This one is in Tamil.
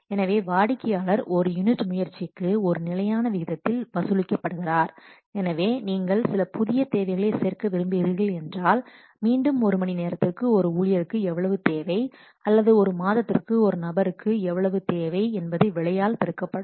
எனவே வாடிக்கையாளர் ஒரு யூனிட் முயற்சிக்கு ஒரு நிலையான விகிதத்தில் வசூலிக்கப்படுகிறார் எனவே நீங்கள் சில புதிய தேவைகளைச் சேர்க்க விரும்புகிறீர்கள் என்றால் மீண்டும் ஒரு மணி நேரத்திற்கு ஒரு ஊழியருக்கு எவ்வளவு தேவை அல்லது ஒரு மாதத்திற்கு ஒரு நபருக்கு எவ்வளவு தேவை என்பது விலையால் பெருக்கப்படும்